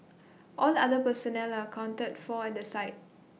all other personnel are accounted for at the site